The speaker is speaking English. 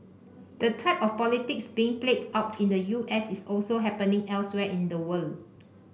the type of politics being played out in the U S is also happening elsewhere in the world